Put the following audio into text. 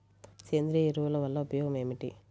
సేంద్రీయ ఎరువుల వల్ల ఉపయోగమేమిటీ?